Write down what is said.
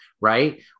right